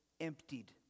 emptied